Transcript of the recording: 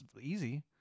easy